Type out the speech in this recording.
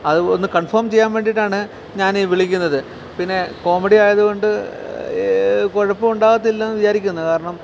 അത് ഒന്ന് കൺഫോം ചെയ്യാൻ വേണ്ടിയിട്ടാണ് ഞാൻ ഈ വിളിക്കുന്നത് പിന്നേ കോമഡിയായതുകൊണ്ട് കുഴപ്പം ഉണ്ടാകത്തില്ല എന്ന് വിചാരിക്കുന്നു കാരണം